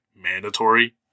mandatory